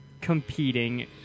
competing